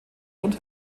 und